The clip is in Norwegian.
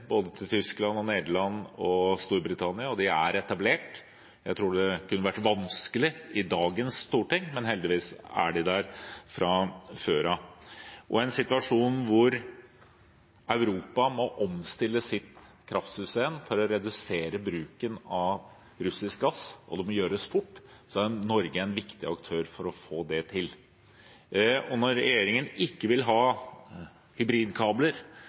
både Tyskland, Nederland og Storbritannia, og de er etablert. Jeg tror det kunne vært vanskelig i dagens storting, men heldigvis er de der fra før. I en situasjon hvor Europa må omstille sitt kraftsystem for å redusere bruken av russisk gass, og det må gjøres fort, er Norge en viktig aktør for å få det til. Når regjeringen ikke vil ha hybridkabler,